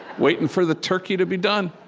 waiting for the turkey to be done.